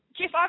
Jeff